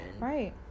Right